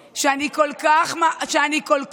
פעם רביעית שאתם אומרים היום סוף-סוף חוק